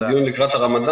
זה דיון מיוחד על הרמדאן.